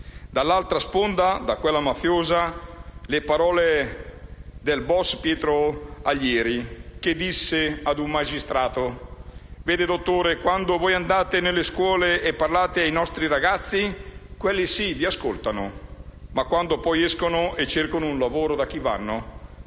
Dall'altra sponda, da quella mafiosa, le parole del *boss* Pietro Aglieri, che disse a un magistrato: «Vede, dottore, quando voi andate nelle scuole e parlate ai nostri ragazzi, quelli, sì, vi ascoltano. Ma quando poi escono e cercano un lavoro, da chi vanno?